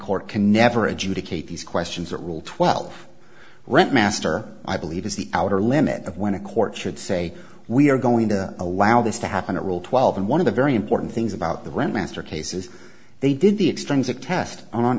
court can never adjudicate these questions or rule twelve rent master i believe is the outer limit of when a court should say we are going to allow this to happen it will twelve and one of the very important things about the run master cases they did the extremes that test on